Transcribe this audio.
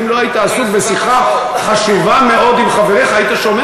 אם לא היית עסוק בשיחה חשובה מאוד עם חבריך היית שומע